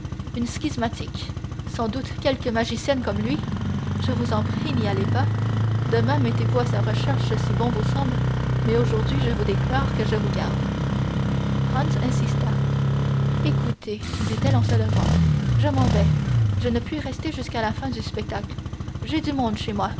une schismatique sans doute quelque magicienne comme lui je vous en prie n'y allez pas demain mettez-vous à sa recherche si bon vous semble mais aujourd'hui je vous déclare que je vous garde franz insista écoutez dit-elle en se levant je m'en vais je ne puis rester jusqu'à la fin du spectacle j'ai du monde chez moi